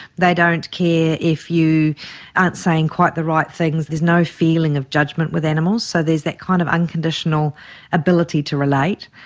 they don't care if you aren't saying quite the right things, there is no feeling of judgement with animals, so there's that kind of unconditional ability to relate.